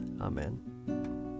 Amen